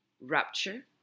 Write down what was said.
rupture